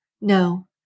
No